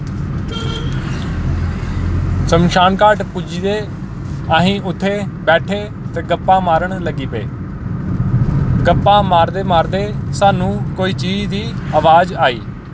शमशानघाट पुज्जे ते असीं उत्थें बैठे ते गप्पां मारन लग्गी पे गप्पां मारदे मारदे सानूं कोई चीज दी अवाज आई